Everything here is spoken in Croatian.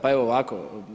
Pa evo ovako.